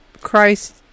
Christ